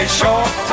short